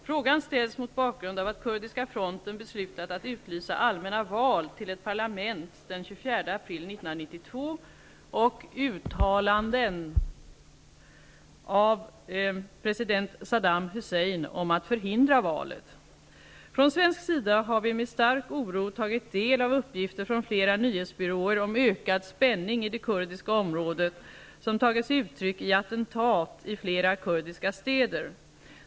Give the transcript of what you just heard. Frågan ställs mot bakgrund av att kurdiska fronten beslutat att utlysa allmänna val till ett parlament den 24 april 1992 och uttalanden av president Saddam Hussein om att förhindra valet. Från svensk sida har vi med stark oro tagit del av uppgifter från flera nyhetsbyråer om ökad spänning i det kurdiska området som tagit sig uttryck i attentat i flera kurdiska städer.